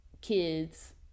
kids